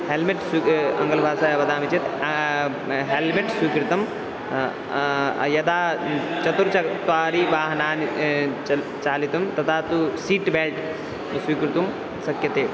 helmet स्वीक् आङ्गलभाषायां वदामि चेत् हेल्मेट् स्वीकृतं यदा चतुश्त्वारि वाहनानि चालितुं तदा तु सीट् बेल्ट् स्वीकर्तुं शक्यते